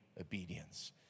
obedience